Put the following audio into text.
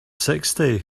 sixty